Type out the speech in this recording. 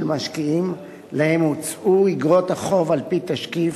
משקיעים שלהם הוצעו איגרות החוב על-פי תשקיף,